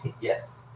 Yes